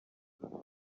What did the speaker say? ibyemezo